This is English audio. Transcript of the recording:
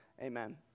Amen